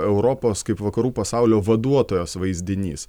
europos kaip vakarų pasaulio vaduotojos vaizdinys